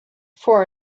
for